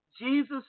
Jesus